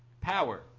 Power